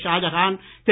Shahjahan Thiru